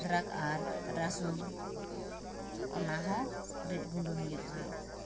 ᱟᱫᱽᱨᱟᱠ ᱟᱨ ᱨᱟᱥᱩᱱ ᱚᱱᱟᱦᱚᱸ ᱨᱤᱫ ᱜᱩᱸᱰᱟᱹ ᱦᱩᱭᱩᱜᱼᱟ